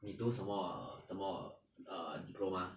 你读什么怎么 err diploma